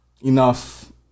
enough